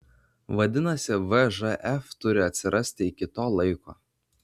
vadinasi vžf turi atsirasti iki to laiko